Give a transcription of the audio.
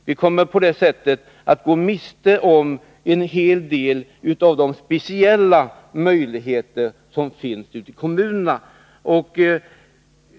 Vi kommer på detta sätt att gå miste om en hel del av de speciella möjligheter som finns ute i kommunerna.